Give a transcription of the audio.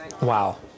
Wow